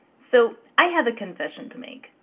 so i have a confession to make.